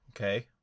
Okay